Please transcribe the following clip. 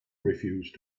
refused